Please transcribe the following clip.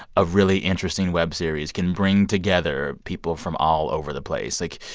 a really interesting web series can bring together people from all over the place. like,